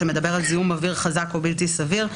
שמדבר על זיהום אוויר חזק או בלתי סביר,